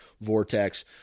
Vortex